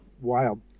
wild